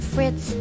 Fritz